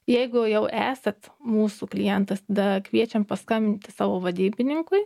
jeigu jau esat mūsų klientas tada kviečiam paskambinti savo vadybininkui